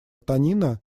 танина